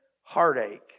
heartache